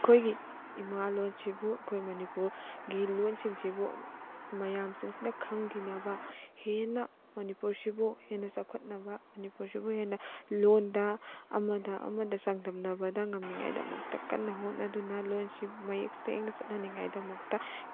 ꯑꯩꯈꯣꯏꯒꯤ ꯏꯃꯥ ꯂꯣꯟꯁꯤꯕꯨ ꯑꯩꯈꯣꯏ ꯃꯅꯤꯄꯨꯔꯒꯤ ꯂꯣꯟꯁꯤꯡꯁꯤꯕꯨ ꯑꯃꯨꯛ ꯃꯌꯥꯝꯁꯤꯡꯁꯤꯅ ꯈꯪꯈꯤꯅꯕ ꯍꯦꯟꯅ ꯃꯅꯤꯄꯨꯔꯁꯤꯕꯨ ꯍꯦꯟꯅ ꯆꯥꯎꯈꯠꯅꯕ ꯃꯅꯤꯄꯨꯔꯁꯤꯕꯨ ꯍꯦꯟꯅ ꯂꯣꯟꯗ ꯑꯃꯗ ꯑꯃꯗ ꯆꯥꯡꯗꯝꯅꯕꯗ ꯉꯝꯅꯤꯡꯉꯥꯏꯗꯃꯛꯇ ꯀꯟꯅ ꯍꯣꯠꯅꯗꯨꯅ ꯂꯣꯟꯁꯤꯕꯨ ꯃꯌꯦꯛ ꯁꯦꯡꯅ ꯆꯠꯍꯅꯤꯡꯉꯥꯏ ꯗꯃꯛꯇ